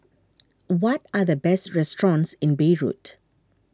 what are the best restaurants in Beirut